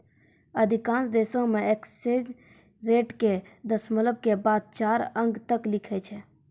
अधिकांश देशों मे एक्सचेंज रेट के दशमलव के बाद चार अंक तक लिखै छै